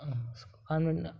convent